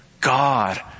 God